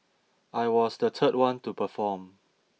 I was the third one to perform